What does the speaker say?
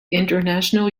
international